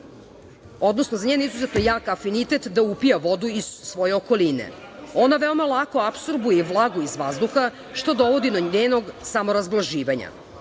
je čuo za njen izuzetno jak afinitet da upija vodu iz svoje okoline. Ona veoma lako apsorbuje vlagu iz vazduha, što dovodi do njenog samorazblaživanja.